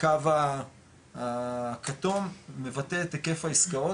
הקו הכתום מבטא את היקף העסקאות,